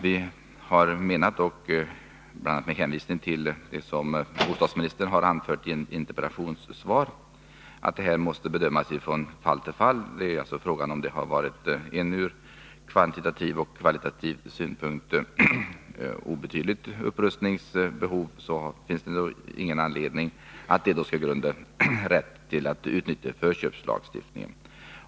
Vi har menat, bl.a. med hänvisning till vad bostadsministern har anfört i ett interpellationssvar, att frågan bör bedömas från fall till fall. Om det har varit ett ur kvantitativ och kvalitativ synpunkt obetydligt upprustningsbehov, finns det ingen anledning att detta skall ge rätt till utnyttjande av förköpslagstiftningen.